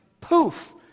Poof